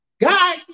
God